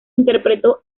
interpretó